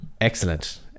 excellent